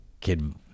kid